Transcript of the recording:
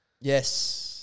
Yes